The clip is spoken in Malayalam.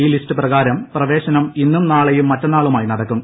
ഈ ലിസ്റ്റ് പ്രകാരം പ്രവേശനം ഇന്നും നാളെയും മറ്റെന്നാളുമായി നടക്കും